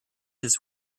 his